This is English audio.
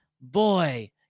boy